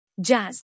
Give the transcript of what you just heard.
Jazz